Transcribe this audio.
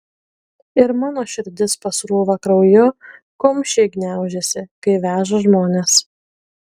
ir mano širdis pasrūva krauju kumščiai gniaužiasi kai veža žmones